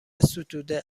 ستوده